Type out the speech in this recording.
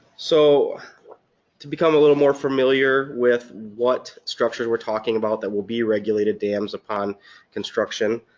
so to become a little more familiar with what structure we're talking about that will be regulated dams upon construction,